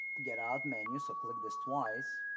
get out menu so click this twice.